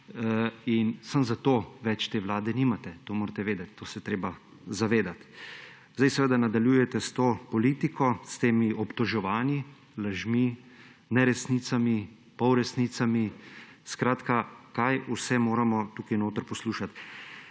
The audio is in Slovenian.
In samo zato več te vlade nimate, to morate vedeti, tega se je treba zavedati. Zdaj seveda nadaljujete s to politiko, s temi obtoževanji, lažmi, neresnicami, polresnicami, kaj vse moramo tu poslušati.